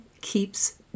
keeps